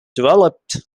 developed